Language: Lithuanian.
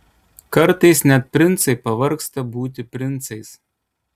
kartais net princai pavargsta būti princais